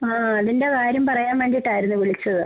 ആ ആ അതിൻ്റെ കാര്യം പറയാൻ വേണ്ടിയിട്ടായിരുന്നു വിളിച്ചത്